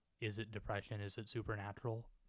is-it-depression-is-it-supernatural